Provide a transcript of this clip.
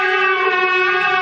יחי, יחי, יחי.